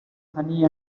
honey